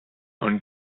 und